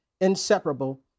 inseparable